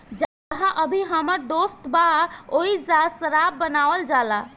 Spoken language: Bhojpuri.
जाहा अभी हमर दोस्त बा ओइजा शराब बनावल जाला